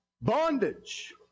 bondage